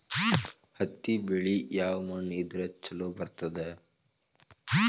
ಹತ್ತಿ ಬೆಳಿ ಯಾವ ಮಣ್ಣ ಇದ್ರ ಛಲೋ ಬರ್ತದ?